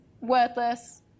worthless